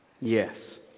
Yes